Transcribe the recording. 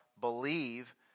believe